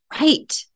Right